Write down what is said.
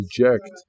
reject